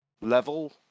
level